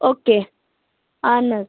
okay اہن حظ